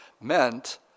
meant